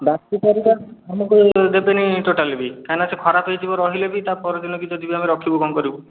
ବାସି ପରିବା ଆମକୁ ଦେବେନି ଟୋଟାଲି ବି କାହିଁ ନା ସିଏ ଖରାପ ହେଇଯିବ ରହିଲେ ବି ତା ପରଦିନ ବି ଯଦି ବି ଆମେ ରଖିବୁ କ'ଣ କରିବୁ